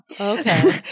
Okay